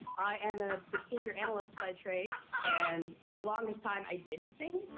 i am a behavior analyst by trade. and for the longest time i didn't sing.